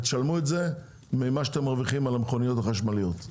תשלמו את זה ממה שאתם מרוויחים על המכוניות החשמליות.